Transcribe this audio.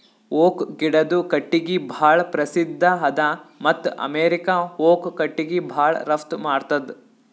oak ಗಿಡದು ಕಟ್ಟಿಗಿ ಭಾಳ್ ಪ್ರಸಿದ್ಧ ಅದ ಮತ್ತ್ ಅಮೇರಿಕಾ ಓಕ್ ಕಟ್ಟಿಗಿ ಭಾಳ್ ರಫ್ತು ಮಾಡ್ತದ್